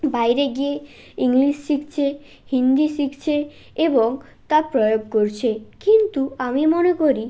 বাইরে গিয়ে ইংলিশ শিখছে হিন্দি শিখছে এবং তা প্রয়োগ করছে কিন্তু আমি মনে করি